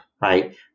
right